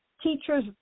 teachers